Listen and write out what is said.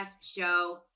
show